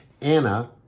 Anna